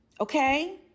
okay